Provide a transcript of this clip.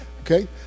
Okay